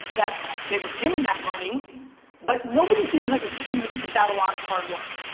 that they were given that money but nobody here has achieved without a lot of hard work.